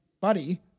buddy